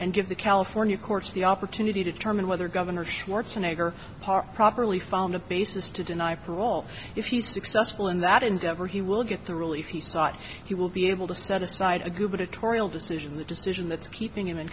and give the california courts the opportunity to determine whether governor schwarzenegger properly found a basis to deny parole if he's successful in that endeavor he will get the relief he will be able to set aside a gubernatorial decision decision that's keeping him in